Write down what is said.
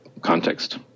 context